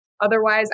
Otherwise